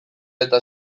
eta